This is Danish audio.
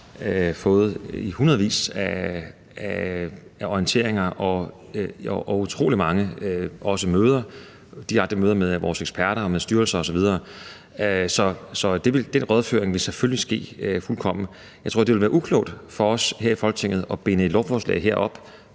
fået i hundredvis af orienteringer og også har deltaget i utrolig mange møder, i direkte møder med vores eksperter, styrelser osv. Så der vil selvfølgelig ske en fuldkommen rådføring. Jeg tror, det ville være uklogt for os her i Folketinget at binde et lovforslag op